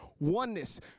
oneness